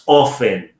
often